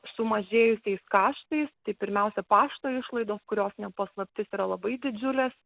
sumažėjusiais kaštais tai pirmiausia pašto išlaidos kurios ne paslaptis yra labai didžiulės